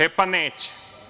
E, pa neće.